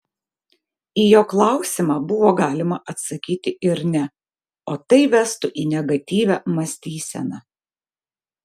į jo klausimą buvo galima atsakyti ir ne o tai vestų į negatyvią mąstyseną